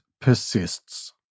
persists